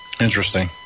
interesting